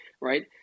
Right